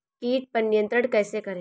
कीट पर नियंत्रण कैसे करें?